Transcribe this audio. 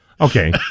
Okay